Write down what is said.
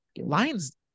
Lions